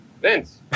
Vince